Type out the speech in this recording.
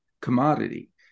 commodity